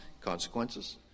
consequences